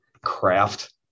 craft